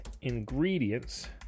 ingredients